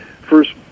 First